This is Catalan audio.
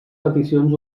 peticions